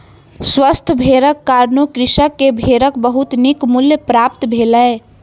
स्वस्थ भेड़क कारणें कृषक के भेड़क बहुत नीक मूल्य प्राप्त भेलै